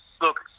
Look